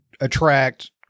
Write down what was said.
attract